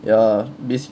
ya basic~